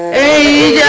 a